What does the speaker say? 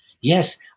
yes